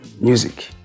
music